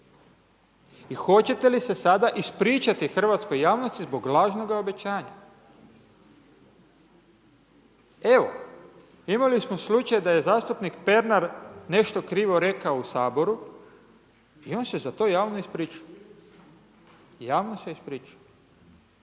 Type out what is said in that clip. I hoćete li se sada ispričati hrvatskoj javnosti zbog lažnoga obećanja? Evo. Imali smo slučaj da je zastupnik Pernar nešto krivo rekao u Saboru i on se za to javno ispričao, javno se ispričao.